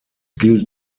gilt